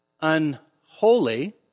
unholy